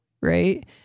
Right